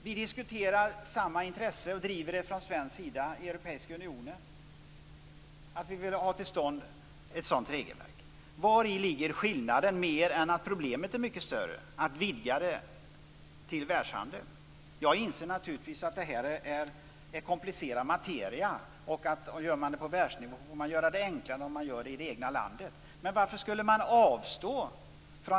Vi diskuterar samma intresse, och vi driver det från svensk sida i Europeiska unionen. Vi vill ha till stånd ett sådant regelverk. Vari ligger skillnaden, mer än att problemet är mycket större, om man vidgar det till världshandeln? Jag inser naturligtvis att det är komplicerad materia. Gör man det på världsnivå får man göra det enklare än vad man gör i det egna landet. Men varför skulle man avstå?